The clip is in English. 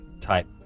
type